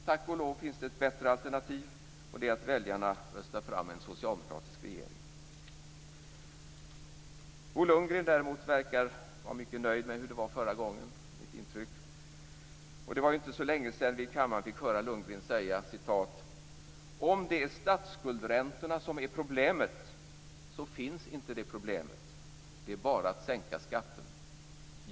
Tack och lov finns det ett bättre alternativ, och det är att väljarna röstar fram en socialdemokratisk regering. Bo Lundgren verkar däremot vara mycket nöjd med hur det var förra gången. Det var inte så länge sedan vi i kammaren fick höra Lundgren säga: Om det är statsskuldräntorna som är problemet, så finns inte det problemet - det är bara att sänka skatten.